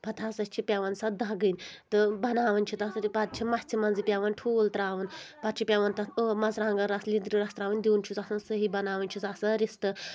پَتہٕ ہَسا چھِ پؠوان سۄ دَگٕنۍ تہٕ بَناوان چھِ تَتھ پَتہٕ چھِ مژھِ منٛزٕ پؠوان ٹھوٗل ترٛاوُن پَتہٕ چھِ پؠوان تَتھ ٲ مژٕرانٛگَن رَژھ لِٮ۪درِ رَژھ ترٛاوٕنۍ دِیُن چھُس آسان صحیح بَناوٕنۍ چھِس آسان رِستہٕ